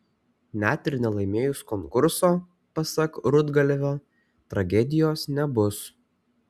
net ir nelaimėjus konkurso pasak rudgalvio tragedijos nebus